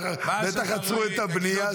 בטח עצרו את הבנייה שם.